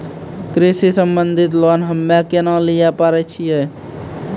कृषि संबंधित लोन हम्मय केना लिये पारे छियै?